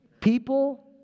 People